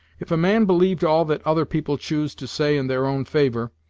if a man believed all that other people choose to say in their own favor,